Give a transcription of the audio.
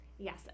Yes